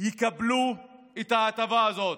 יקבלו את ההטבה הזאת,